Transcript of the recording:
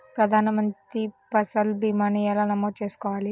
ప్రధాన మంత్రి పసల్ భీమాను ఎలా నమోదు చేసుకోవాలి?